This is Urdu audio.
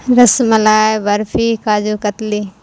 رس ملائے برفی کاجو کتلی